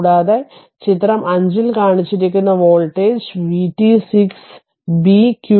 കൂടാതെ ചിത്രം 5 ൽ കാണിച്ചിരിക്കുന്ന വോൾട്ടേജ് vt 6 b